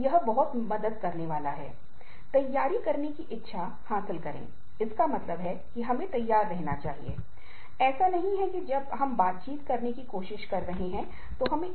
तो इन सभी चीजों को कर्मचारियों को दिया जाता है ताकि काम और गैर काम की गतिविधियाँ या काम और जीवन की गतिविधियाँ संतुलित रहें